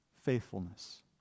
Faithfulness